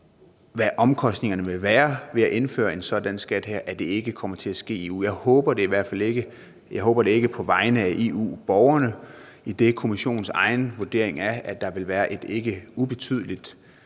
hvad omkostningerne vil være ved at indføre en sådan skat her, at det ikke kommer til at ske i EU. Jeg håber det i hvert fald ikke. Jeg håber det ikke på vegne af EU-borgerne, idet Kommissionens egen vurdering er, at der vil være et ikke ubetydeligt